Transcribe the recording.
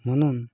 म्हणून